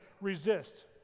resist